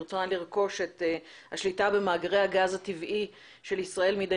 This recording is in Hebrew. ברצונה לרכוש מידי חברת נובל אנרג'י שליטה במאגרי הגז הטבעי של ישראל.